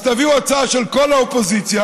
אז תביאו הצעה של כל האופוזיציה,